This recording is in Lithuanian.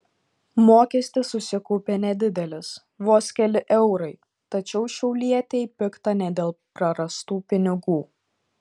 mokestis susikaupė nedidelis vos keli eurai tačiau šiaulietei pikta ne dėl prarastų pinigų